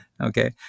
Okay